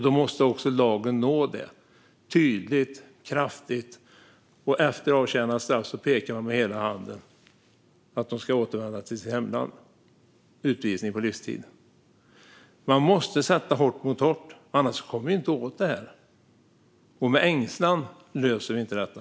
Då måste också lagen nå det tydligt och kraftigt. Efter avtjänat straff pekar man med hela handen att de ska återvända till sitt hemland, och med utvisning på livstid. Man måste sätta hårt mot hårt, annars kommer vi inte åt det. Med ängslan löser vi inte detta.